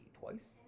twice